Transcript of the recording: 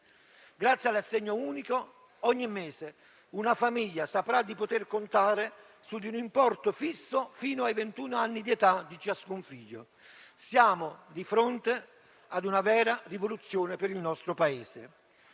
Grazie all'assegno unico ogni mese una famiglia saprà di poter contare su un importo fisso fino ai ventuno anni di età di ciascun figlio. Siamo di fronte a una vera rivoluzione per il nostro Paese.